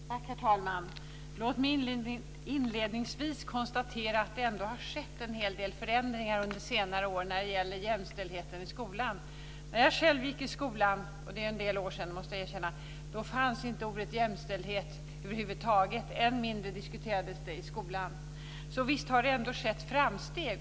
Herr talman! Låt mig inledningsvis konstatera att vi ändå har sett en hel del förändringar under senare år när det gäller jämställdheten i skolan. När jag själv gick i skolan - och jag måste erkänna att det är en del år sedan - fanns inte ordet jämställdhet över huvud taget. Än mindre diskuterades det i skolan, så visst har det ändå skett framsteg.